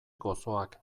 gozoak